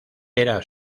era